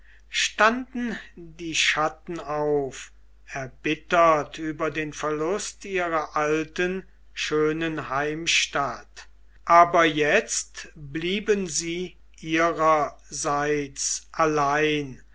standen die chatten auf erbittert über den verlust ihrer alten schönen heimstatt aber jetzt blieben sie ihrerseits allein